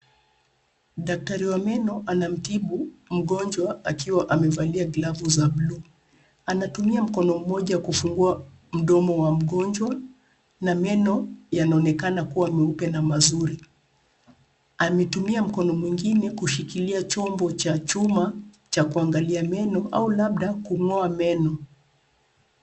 Daktari wa meno anamtibu mgonjwa akiwa amevalia glovu za bluu. Anatumia mkono mmoja kufungua mdomo wa mgonjwa na meno yanaonekana kuwa meupe na mazuri. Ametumia mkono mwingine kushikilia chombo cha chuma cha kuangalia meno au labda kung'oa meno.